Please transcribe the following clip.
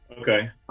Okay